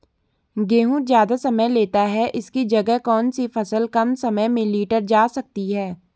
गेहूँ ज़्यादा समय लेता है इसकी जगह कौन सी फसल कम समय में लीटर जा सकती है?